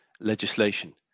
legislation